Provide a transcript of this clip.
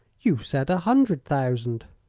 you said a hundred thousand.